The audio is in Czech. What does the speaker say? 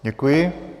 Děkuji.